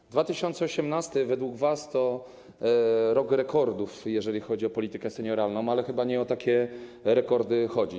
Rok 2018 r. według was to rok rekordów, jeśli chodzi o politykę senioralną, ale chyba nie o takie rekordy chodzi.